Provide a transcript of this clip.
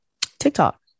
TikTok